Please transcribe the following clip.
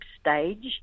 stage